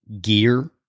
gear